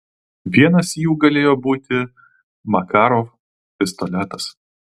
vienas jų galėjo būti makarov pistoletas